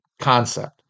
concept